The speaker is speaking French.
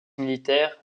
militaire